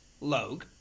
log